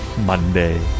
monday